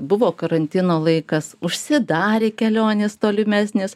buvo karantino laikas užsidarė kelionės tolimesnės